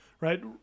right